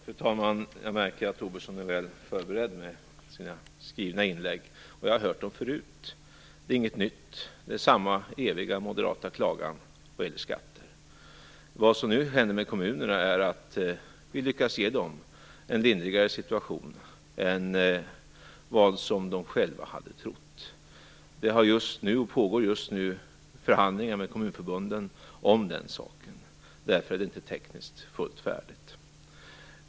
Fru talman! Jag märker att Tobisson är väl förberedd, med sina skrivna inlägg, och jag har hört det förut. Det är inget nytt, utan det är samma eviga moderata klagan vad gäller skatter. Vad som nu händer med kommunerna är att vi lyckas ge dem en lindrigare situation än vad de själva hade trott. Det pågår just nu förhandlingar med kommunförbunden om den saken. Därför är det inte tekniskt fullt färdigt.